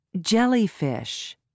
Jellyfish